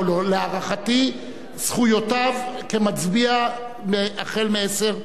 להערכתי, זכויותיו כמצביע החל מ-10:01.